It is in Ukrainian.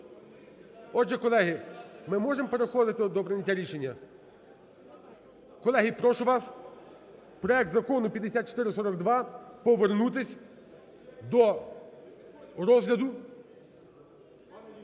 Отже, колеги, ми можем переходити до прийняття рішення? Колеги, прошу вас, проект Закону 5442 – повернутись до розгляду.